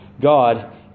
God